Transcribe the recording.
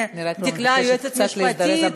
אני רק מבקשת קצת להזדרז.